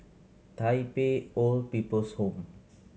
Tai Pei Old People's Home